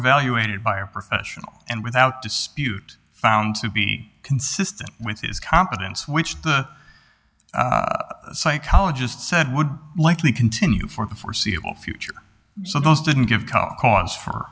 evaluated by a professional and without dispute found to be consistent with his competence which the psychologist said would likely continue for the foreseeable future so those didn't give cause for